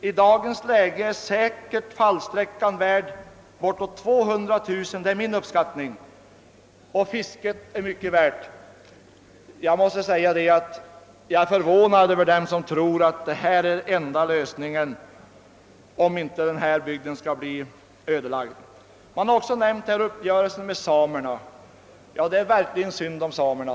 I dagens läge är fallsträckan enligt min uppskattning säkert värd bortåt 200 000 kronor, och fisket är också mycket värt. Jag är förvånad över dem som tror att en utbyggnad är enda lösningen om inte denna bygd skall bli ödelagd. Man har också nämnt uppgörelsen med samerna. Det är verkligen synd om dem.